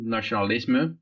Nationalisme